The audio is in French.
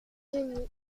denis